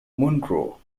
munro